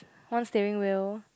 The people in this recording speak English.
one steering wheel